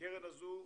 הקרן הזו,